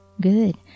Good